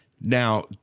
Now